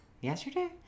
yesterday